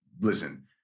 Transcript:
listen